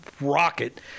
rocket